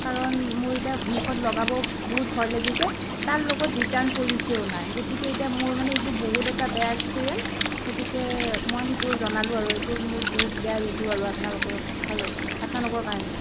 কাৰণ মোৰ এতিয়া মুখত লগাব বহুত ভয় লাগিছে তাৰ লগত ৰিটাৰ্ণ পলিচিও নাই গতিকে এতিয়া মোৰ মানে এইটো বহুত এটা বেয়া এক্সপেৰিয়েঞ্চ গতিকে মই সেইটো জনালোঁ আৰু সেইটো মোৰ বহুত বেয়া ৰিভিউ আৰু আপোনালোকৰ ফালত আপোনালোকৰ কাৰণে